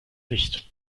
licht